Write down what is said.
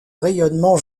rayonnement